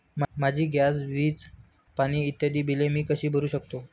माझी गॅस, वीज, पाणी इत्यादि बिले मी कशी भरु शकतो?